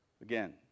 Again